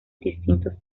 distintos